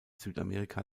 südamerika